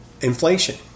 inflation